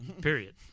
period